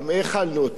האכלנו אותם,